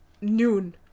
noon